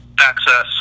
access